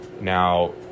Now